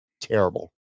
terrible